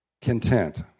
content